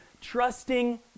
trusting